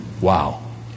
Wow